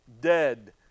dead